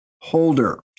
holder